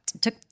took